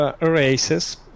races